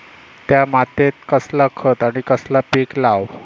त्या मात्येत कसला खत आणि कसला पीक लाव?